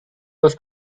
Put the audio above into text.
was